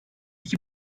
iki